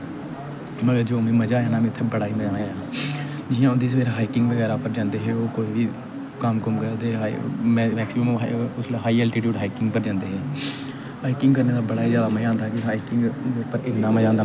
मगर जो मिगी मजा आया ना मिगी उत्थै बड़ा ही मजा आया जियां उं'दी सवेरे हाइकिंग बगैरा पर जंदे हे ओह् कोई कम्म कुम्म करदे मैकसिम्म हाई एल्टिटुड हाइकिंग पर जंदे हे हाइकिंग करने दा बड़ा ही जैदा मजा आंदा हाइकिंग पर इ'न्ना मजा आंदा ना कोई स्हाव नी ऐ